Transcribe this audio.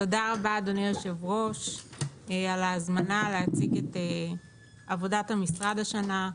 תודה רבה אדוני היושב ראש על ההזמנה להציג את עבודת המשרד השנה.